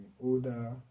older